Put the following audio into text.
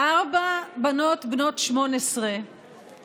ארבע בנות בנות 18 שמבקשות